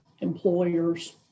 employers